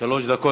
שלוש דקות.